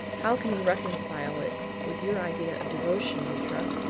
how can you reconcile it with your ideas of devotion, luttra?